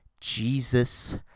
Jesus